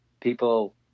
people